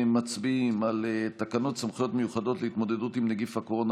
מצביעים על תקנות סמכויות מיוחדות להתמודדות עם נגיף הקורונה